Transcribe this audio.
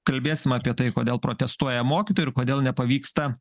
kalbėsim apie tai kodėl protestuoja mokytojai ir kodėl nepavyksta